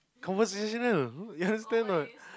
conversational you understand a not